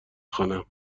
خوانم